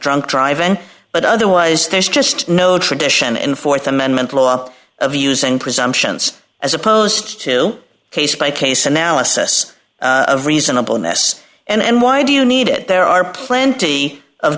drunk driving but otherwise there's just no tradition in th amendment law of using presumptions as opposed to case by case analysis of reasonable ness and why do you need it there are plenty of